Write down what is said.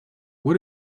what